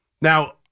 Now